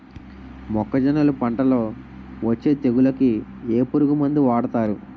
మొక్కజొన్నలు పంట లొ వచ్చే తెగులకి ఏ పురుగు మందు వాడతారు?